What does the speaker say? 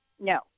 No